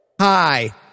Hi